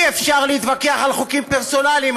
אי-אפשר להתווכח על חוקים פרסונליים.